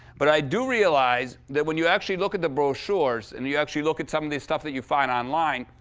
but i do realize that when you actually look at the brochures and you you actually look at some of the stuff that you find online,